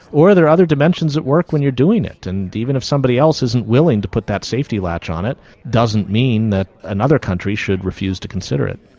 or are there other dimensions at work when you are doing it? and even if somebody else isn't willing to put that safety latch on it, it doesn't mean that another country should refuse to consider it.